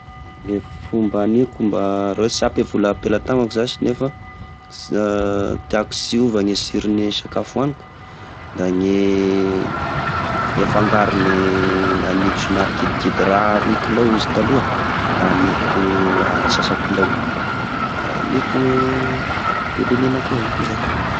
Gne fomba aniko mba raha hoe sy ampy e vola ampelatanako zasy nefa, s- tiako sy hiova gne sirone sakafo oaniko da gne fangarony e gn'agniko somary ataoko kidikidy ra roy kilo izy taloha, da aniko atsasa kilao, da aniko bebe menaky evao de zay.